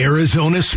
Arizona